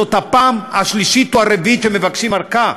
זאת הפעם השלישית או הרביעית שמבקשים הארכה.